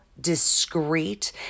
discreet